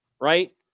right